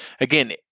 Again